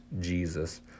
Jesus